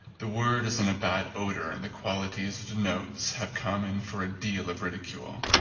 the word is in bad odour and the qualities it denotes have come in for a deal of ridicule.